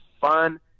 fun